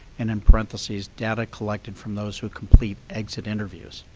and in parentheses, data collected from those who complete exit interviews.